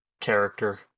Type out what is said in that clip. character